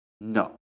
No